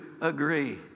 agree